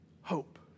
hope